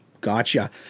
Gotcha